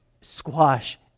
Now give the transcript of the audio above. squash